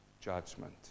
Judgment